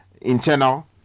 internal